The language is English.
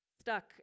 Stuck